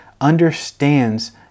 understands